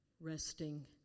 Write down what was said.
resting